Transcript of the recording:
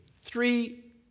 Three